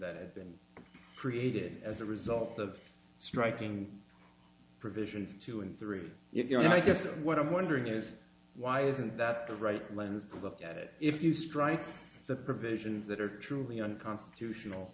that had been created as a result of striking provisions two and three if you're i guess what i'm wondering is why isn't that the right lens to look at it if you strike the provisions that are truly unconstitutional